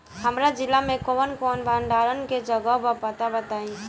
हमरा जिला मे कवन कवन भंडारन के जगहबा पता बताईं?